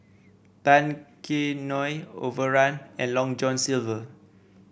Tao Kae Noi Overrun and Long John Silver